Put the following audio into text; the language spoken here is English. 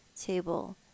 table